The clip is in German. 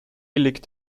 liegt